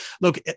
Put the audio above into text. Look